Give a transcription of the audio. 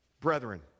brethren